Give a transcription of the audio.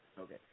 Okay